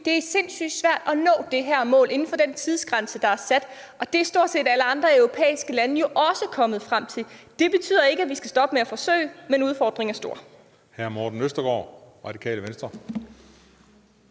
det er sindssygt svært at nå det her mål inden for den tidsgrænse, der er sat, og det er stort set alle andre europæiske lande jo også kommet frem til. Det betyder ikke, at vi skal stoppe med at forsøge, men at udfordringen er stor.